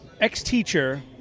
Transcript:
Ex-teacher